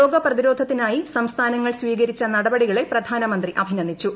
രോഗപ്രതിരോധത്തിനായി സംസ്ഥാനങ്ങൾ സ്വീകരിച്ച നടപടികളെ പ്രധാനമന്ത്രി അഭിനന്ദിച്ചു